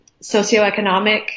socioeconomic